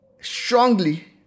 strongly